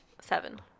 Seven